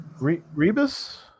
Rebus